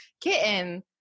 kitten